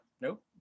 nope